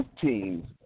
teams